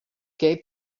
gave